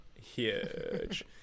huge